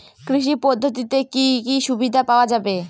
কৃষি পদ্ধতিতে কি কি সুবিধা পাওয়া যাবে?